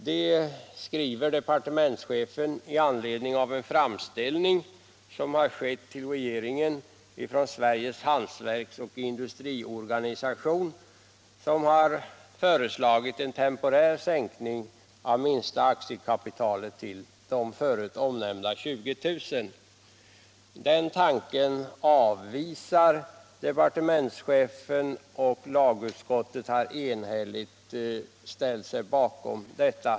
Detta skriver departementschefen i anledning av en framställning som gjorts till regeringen av Sveriges hantverksoch industriorganisation, som föreslagit en temporär sänkning av minsta aktiekapitalet till de förut omnämnda 20 000. Departementschefen avvisar den tanken och lagutskottet har enhälligt ställt sig bakom detta.